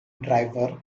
driver